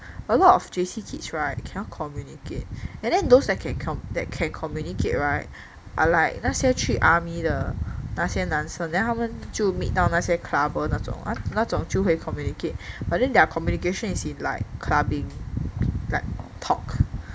a lot of J_C kids [right] cannot communicate and then those that can come that can communicate [right] I like 那些去 army 的那些男生 then 他们他们就 meet 到那些 clubber 那种那种就会 communicate but then their communication is in like clubbing like talk